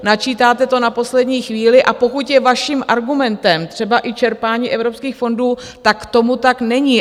Načítáte to na poslední chvíli, a pokud je vaším argumentem třeba i čerpání evropských fondů, tak tomu tak není.